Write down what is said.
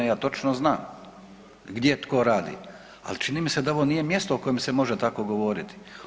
Ja točno znam gdje tko radi, ali čini mi se da ovo nije mjesto o kojem se može tako govoriti.